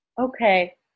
Okay